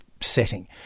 setting